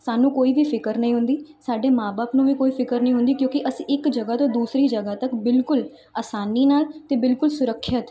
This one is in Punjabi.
ਸਾਨੂੰ ਕੋਈ ਵੀ ਫਿਕਰ ਨਹੀਂ ਹੁੰਦੀ ਸਾਡੇ ਮਾਂ ਬਾਪ ਨੂੰ ਵੀ ਕੋਈ ਫਿਕਰ ਨਹੀਂ ਹੁੰਦੀ ਕਿਉਂਕਿ ਅਸੀਂ ਇੱਕ ਜਗ੍ਹਾ ਤੋਂ ਦੂਸਰੀ ਜਗ੍ਹਾ ਤੱਕ ਬਿਲਕੁਲ ਆਸਾਨੀ ਨਾਲ ਅਤੇ ਬਿਲਕੁਲ ਸੁਰੱਖਿਅਤ